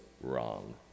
wrong